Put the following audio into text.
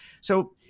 So-